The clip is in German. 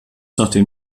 nachdem